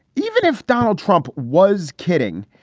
even if donald trump was kidding?